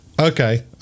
Okay